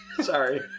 Sorry